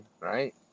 right